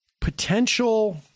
potential